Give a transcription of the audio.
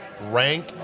Rank